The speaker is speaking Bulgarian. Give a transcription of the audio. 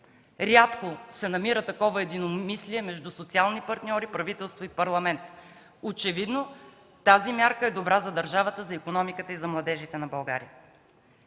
Рядко се намира такова единомислие между социални партньори, правителство и Парламент. Очевидно тази мярка е добра за държавата, за икономиката и за младежите на България.